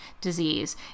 disease